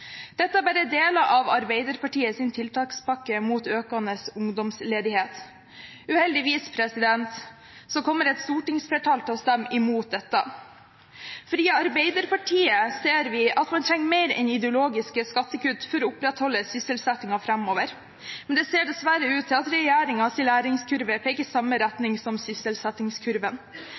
Dette er bare deler av Arbeiderpartiets tiltakspakke mot økende ungdomsledighet. Uheldigvis kommer et stortingsflertall til å stemme imot dette. I Arbeiderpartiet ser vi at man trenger mer enn ideologiske skattekutt for å opprettholde sysselsettingen framover, men det ser dessverre ut til at regjeringens læringskurve peker i samme